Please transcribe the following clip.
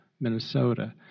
Minnesota